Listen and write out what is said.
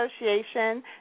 Association